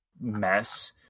mess